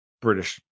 British